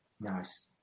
Nice